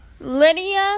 lydia